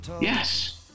Yes